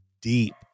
deep